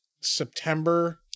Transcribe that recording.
September